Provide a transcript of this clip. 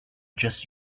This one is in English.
just